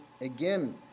again